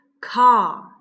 car